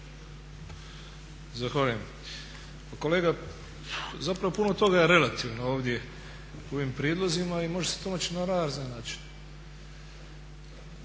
Zahvaljujem. Pa kolega, zapravo puno toga je relativno ovdje u ovim prijedlozima i može se pomoći na razne načine.